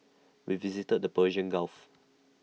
we visited the Persian gulf